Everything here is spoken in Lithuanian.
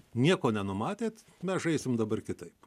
nieko nenumatėt mes žaisim dabar kitaip